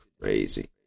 crazy